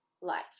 life